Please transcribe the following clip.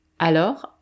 Alors